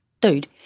dude